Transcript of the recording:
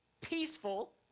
peaceful